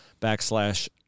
backslash